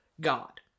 God